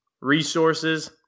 resources